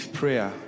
prayer